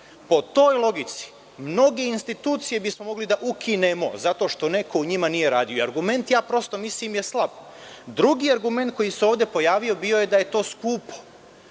Po toj logici mnoge institucije bismo mogli da ukinemo zato što neko u njima nije radio. Argument je prosto slab. Drugi argument koji se ovde pojavio bio je da je to skupo,